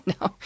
No